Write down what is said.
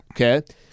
Okay